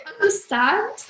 understand